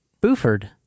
Buford